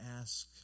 ask